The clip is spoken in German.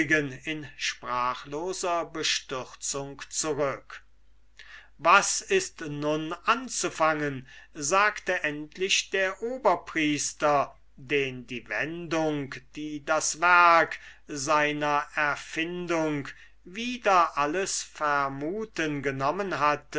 in sprachloser bestürzung zurücke was ist nun anzufangen sagte endlich der oberpriester den die wendung die das werk seiner erfindung wider alles vermuten genommen hatte